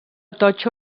totxo